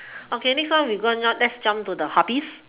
okay next one we going on let's jump to the hobbies